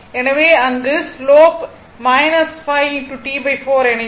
எனவே அங்கு slope 5 T4 என இருக்கும்